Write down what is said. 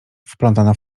wplątana